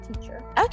teacher